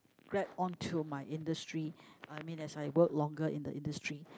grab on to my industry uh I mean as I work longer in the industry